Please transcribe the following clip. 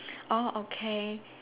orh okay